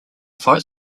fight